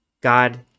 God